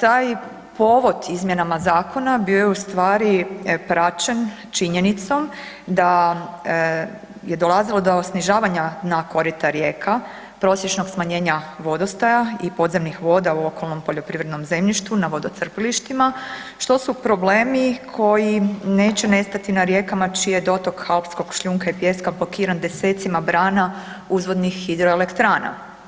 taj povod izmjenama zakona bio je ustvari praćen činjenicom da je dolazilo do snižavanja na korita rijeka, prosječnog smanjenja vodostaja i podzemnih voda u okolnom poljoprivrednom zemljištu, na vodocrpilištima, što su problemi koji neće nestati na rijekama čiji je dotok alpskog šljunka i pijeska blokiran desecima brana uzvodnih hidroelektrana.